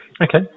Okay